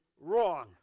wrong